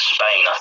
Spain